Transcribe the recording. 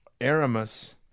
Aramis